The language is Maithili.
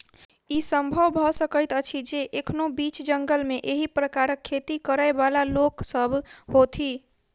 ई संभव भ सकैत अछि जे एखनो बीच जंगल मे एहि प्रकारक खेती करयबाला लोक सभ होथि